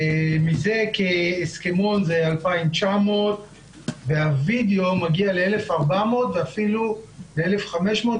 מתוך זה הסכמון זה כ-2,900 והווידיאו מגיע ל-1,400 ואפילו ל-1,500,